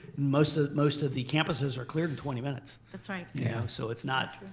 most of most of the campuses are cleared in twenty minutes. that's right. yeah so it's not